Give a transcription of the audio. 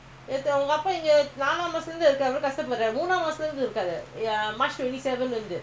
why scold you when you never do mistake why he scold you ah